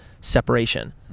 separation